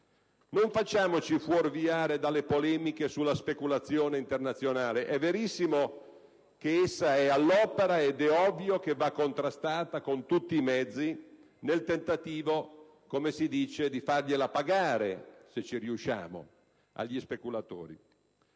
Non facciamoci fuorviare dalle polemiche sulla speculazione internazionale. È verissimo che essa è all'opera ed è ovvio che va contrastata con tutti i mezzi nel tentativo, come si dice, di fargliela pagare - se ci riusciamo - agli speculatori,